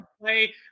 play